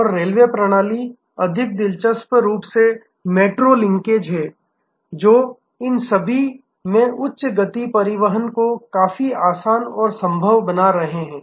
और रेलवे प्रणाली अधिक दिलचस्प रूप से मेट्रो लिंकेज हैं जो इन सभी में उच्च गति परिवहन को काफी आसान और संभव बना रहे हैं